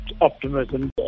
optimism